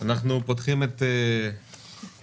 אנחנו פותחים את הישיבה.